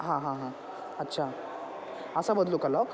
हां हां हां अच्छा असा बदलू का लॉक